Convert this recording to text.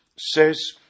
says